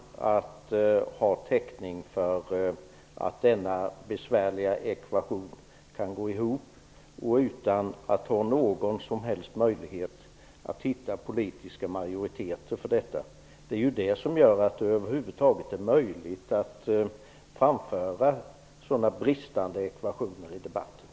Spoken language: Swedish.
Denna besvärliga ekvation går inte ihop, och det finns inte någon som helst möjlighet att hitta politiska majoriteter för sådana förslag. Det gör ju att det är möjligt att framföra sådana bristande ekvationer i debatten.